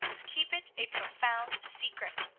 keep it a profound secret!